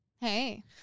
Hey